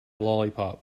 lollipop